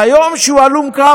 ביום שהוא הלום קרב,